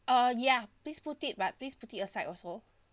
uh ya please put it but please put it aside also